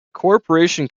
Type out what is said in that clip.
corporation